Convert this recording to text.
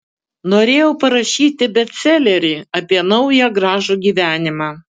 norėjau parašyti bestselerį apie naują gražų gyvenimą